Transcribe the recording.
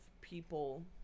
people